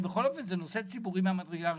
הרי בכל אופן זה נושא ציבורי ממדרגה ראשונה.